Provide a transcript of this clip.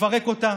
נפרק אותה,